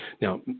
Now